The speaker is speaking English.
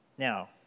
Now